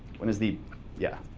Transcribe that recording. when is the yeah?